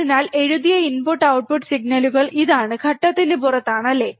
അതിനാൽ എഴുതിയ input output സിഗ്നലുകൾ ഇതാണ് ഘട്ടത്തിന് പുറത്താണ് അല്ലേ